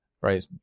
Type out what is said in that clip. Right